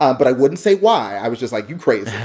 um but i wouldn't say why. i was just like, you crazy.